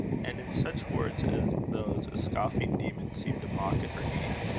and in such words as those a scoffing demon seemed to mock at her needs.